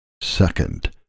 Second